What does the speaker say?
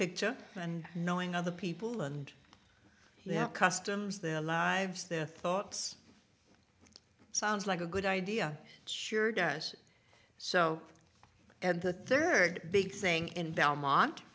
picture and knowing other people and their customs their lives their thoughts sounds like a good idea it sure does so and the third big thing in belmont